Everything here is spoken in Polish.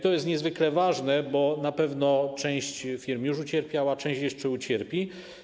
To jest niezwykle ważne, bo na pewno część firm już ucierpiała, a część jeszcze ucierpi.